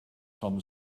tom